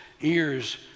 ears